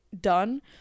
done